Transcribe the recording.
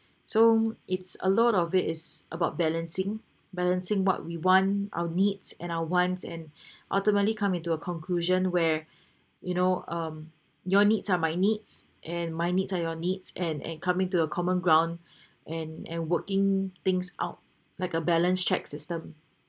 so it's a lot of it is about balancing balancing what we want our needs and our wants and ultimately come into a conclusion where you know um your needs are my needs and my needs are your needs and and come into a common ground and and working things out like a balance checks system